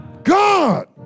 God